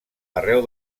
arreu